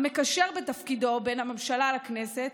המקשר בתפקידו בין הממשלה לכנסת.